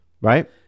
right